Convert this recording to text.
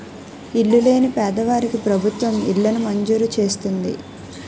ఇల్లు లేని పేదవాళ్ళకి ప్రభుత్వం ఇళ్లను మంజూరు చేస్తుంది